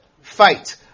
fight